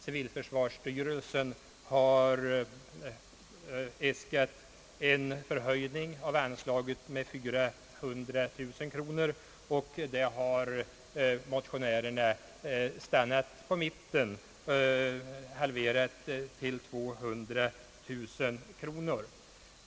Civilförsvarsstyrelsen har äskat en förhöjning av anslaget med 400 000 kronor, medan motionärerna har stannat på mitten och halverat summan till 200 000 kronor.